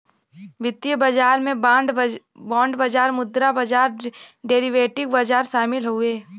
वित्तीय बाजार में बांड बाजार मुद्रा बाजार डेरीवेटिव बाजार शामिल हउवे